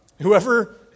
whoever